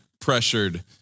pressured